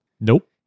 Nope